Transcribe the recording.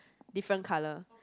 different colour